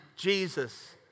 Jesus